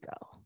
go